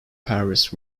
paris